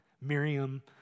Miriam